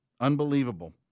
Unbelievable